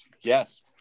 yes